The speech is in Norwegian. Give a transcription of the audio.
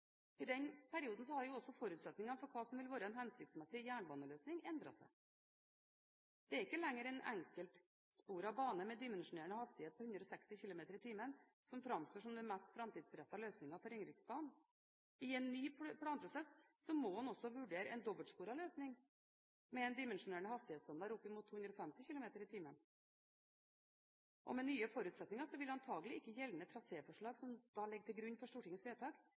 I den perioden har også forutsetningen for hva som ville være en hensiktsmessig jernbaneløsning, endret seg. Det er ikke lenger en enkeltsporet bane med dimensjonerende hastighet på 160 km/t som framstår som den mest framtidsrettede løsningen for Ringeriksbanen. I en ny planprosess må en også vurdere en dobbeltsporet løsning med en dimensjonerende hastighetsstandard opp mot 250 km/t. Med nye forutsetninger vil antakelig heller ikke gjeldende traséforslag som ligger til grunn for Stortingets vedtak,